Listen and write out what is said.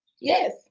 yes